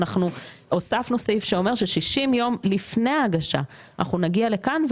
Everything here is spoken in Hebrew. אנחנו הוספנו סעיף שאומר ש-60 יום לפני ההגשה אנחנו נגיע לכאן,